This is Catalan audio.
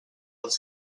els